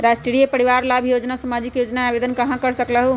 राष्ट्रीय परिवार लाभ योजना सामाजिक योजना है आवेदन कर सकलहु?